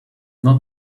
not